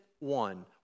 One